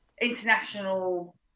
international